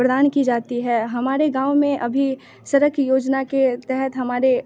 प्रदान की जाती है हमारे गाँव में अभी सड़क योजना के तहत हमारे